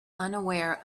unaware